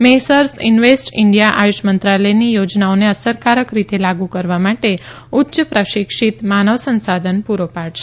Messrs invest India AYUSH મંત્રાલયની યોજનાઓને અસરકારક રીતે લાગુ કરવા માટે ઉચ્ય પ્રશિક્ષિત માનવ સંશાધન પૂરો પાડશે